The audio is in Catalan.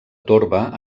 torba